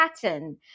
pattern